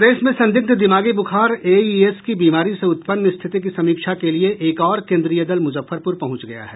प्रदेश में संदिग्ध दिमागी बुखार एईएस की बीमारी से उत्पन्न स्थिति की समीक्षा के लिये एक और केंद्रीय दल मुजफ्फरपुर पहुंच गया है